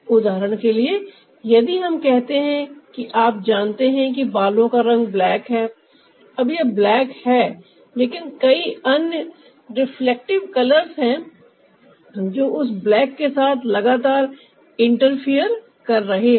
उदाहरण के लिए यदि हम कहते हैं कि आप जानते हैं कि बालों का रंग ब्लैक है अब यह ब्लैक है लेकिन कई अन्य रिफ्लेक्टिव कलर्स हैं जो उस ब्लैक के साथ लगातार इंटरफेयर कर रहे हैं